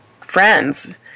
friends